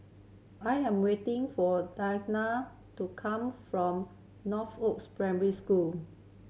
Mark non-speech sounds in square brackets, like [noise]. I am waiting for [unintelligible] to come from Northoaks Primary School